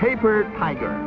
paper tiger